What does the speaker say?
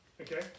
Okay